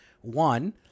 One